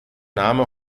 name